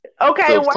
Okay